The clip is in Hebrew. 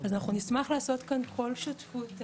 אז אנחנו נשמח לעשות כאן כל שותפות.